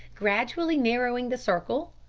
gradually narrowing the circle,